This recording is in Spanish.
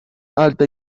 alta